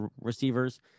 receivers